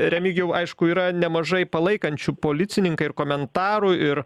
remigijau aišku yra nemažai palaikančių policininką ir komentarų ir